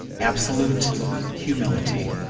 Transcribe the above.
absolute humility.